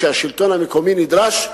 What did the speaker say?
כשהשלטון המקומי נדרש,